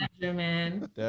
man